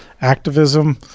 activism